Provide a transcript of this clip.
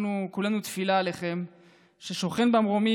אנחנו כולנו תפילה עליכם שהשוכן במרומים